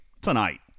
tonight